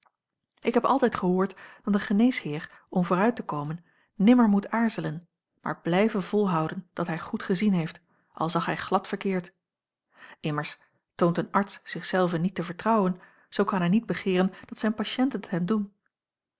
ik heb altijd gehoord dat een geneesheer om vooruit te komen nimmer moet aarzelen maar blijven volhouden dat hij goed gezien heeft al zag hij glad verkeerd immers toont een arts zich zelven niet te vertrouwen zoo kan hij niet begeeren dat zijn patiënten t hem doen